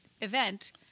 event